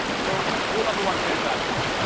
so rule number one, finish on time.